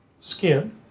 skin